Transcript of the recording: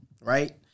Right